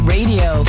Radio